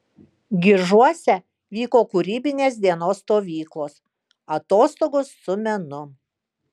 gižuose vyko kūrybinės dienos stovyklos atostogos su menu